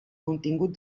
contingut